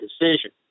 decision